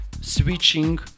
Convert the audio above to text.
switching